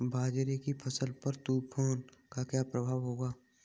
बाजरे की फसल पर तूफान का क्या प्रभाव होगा?